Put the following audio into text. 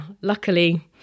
luckily